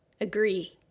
Agree